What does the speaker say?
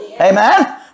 Amen